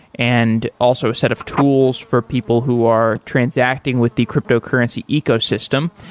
and also a set of tools for people who are transacting with the cryptocurrency ecosystem.